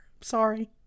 sorry